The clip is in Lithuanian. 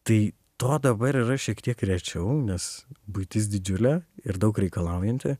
tai to dabar yra šiek tiek rečiau nes buitis didžiulė ir daug reikalaujanti